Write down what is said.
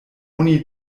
oni